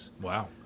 Wow